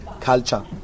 culture